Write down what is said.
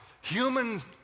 Humans